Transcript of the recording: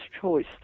choice